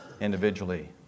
individually